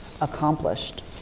accomplished